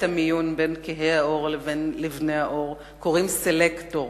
המיון בין כהי ולבני העור קוראים "סלקטור".